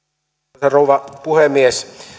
arvoisa rouva puhemies